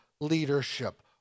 leadership